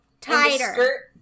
Tighter